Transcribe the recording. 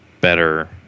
better